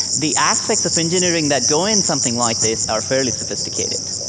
the aspects of engineering that go in something like this are fairly sophisticated.